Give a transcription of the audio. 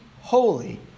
holy